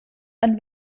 ein